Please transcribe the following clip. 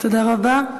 תודה רבה.